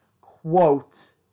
quote